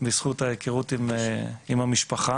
בזכות ההיכרות עם המשפחה,